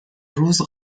روز